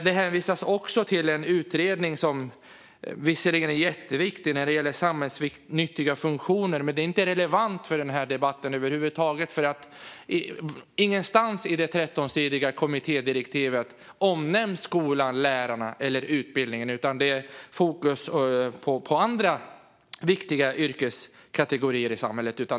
Det hänvisas också till en utredning, som visserligen är jätteviktig, när det gäller samhällsnyttiga funktioner. Men den är inte relevant för den här debatten över huvud taget, för ingenstans i det 13-sidiga kommittédirektivet omnämns skolan, lärarna eller utbildningen. Det är i stället fokus på andra viktiga yrkeskategorier i samhället.